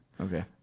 Okay